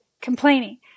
complaining